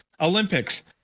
Olympics